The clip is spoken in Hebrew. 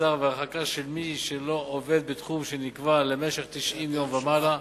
זר והרחקת מי שלא עובד בתחום שנקבע למשך 90 יום ומעלה,